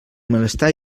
malestar